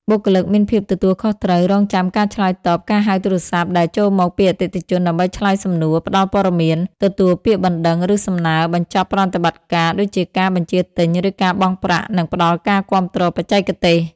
បុគ្គលិកមានភាពទទួលខុសត្រូវ រងចាំការឆ្លើយតបការហៅទូរស័ព្ទដែលចូលមកពីអតិថិជនដើម្បីឆ្លើយសំណួរ ផ្ដល់ព័ត៌មាន ទទួលពាក្យបណ្ដឹង ឬសំណើ បញ្ចប់ប្រតិបត្តិការ ដូចជាការបញ្ជាទិញ ឬការបង់ប្រាក់ និងផ្ដល់ការគាំទ្របច្ចេកទេស។